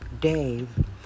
Dave